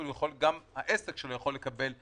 גם העסק שלו יכול לקבל מענק,